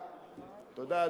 תודה,